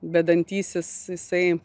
vedantysis jisai